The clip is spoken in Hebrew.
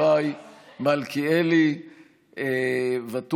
התקציב והמדיניות הכלכלית לשנות הכספים 2003 ו-2004)